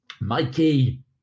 Mikey